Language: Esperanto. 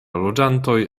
loĝantoj